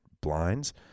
Blinds